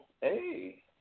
Hey